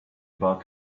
about